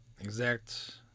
exact